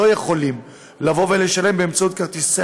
שלא יכולים לבוא ולשלם באמצעות כרטיסי